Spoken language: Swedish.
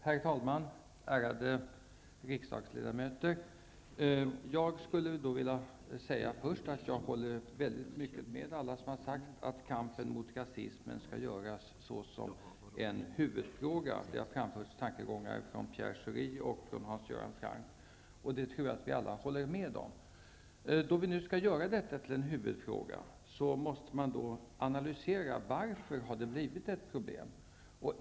Herr talman och ärade riksdagsledamöter! Först skulle jag vilja säga att jag håller med alla som har sagt att kampen mot rasismen skall göras till en huvudfråga. Pierre Schori och Hans Göran Franck har framfört synpunkter som jag tror att alla håller med om. Skall vi göra det här till en huvudfråga, måste vi analysera varför det blivit problem.